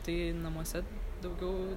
tai namuose daugiau